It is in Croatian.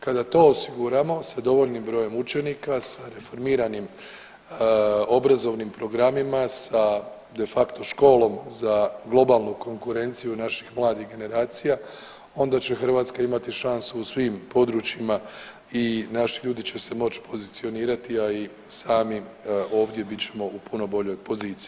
Kada to osiguramo sa dovoljnim brojem učenika, sa reformiranim obrazovnim programima, sa de facto školom za globalnu konkurenciju naših mladih generacija onda će Hrvatska imati šansu u svim područjima i naši ljudi će se moći pozicionirati, a i sami ovdje bit ćemo u puno boljoj poziciji.